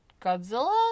Godzilla